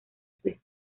suiza